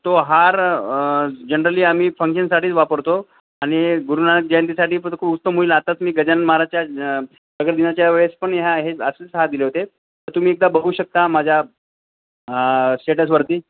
तो हार जनरली आम्ही फंक्शनसाठीच वापरतो आणि गुरू नानक जयंतीसाठी उत्तम होईल आताच मी गजानन महाराजाच्या प्रगटदिनाच्या वेळेस पण ह्या हे असेच हार दिले होते तर तुम्ही एकदा बघू शकता माझ्या स्टेटसवरती